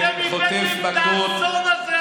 אתם הבאתם את האסון הזה עלינו.